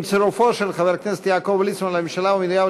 עם צירופו של חבר הכנסת יעקב ליצמן לממשלה ומינויו